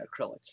acrylic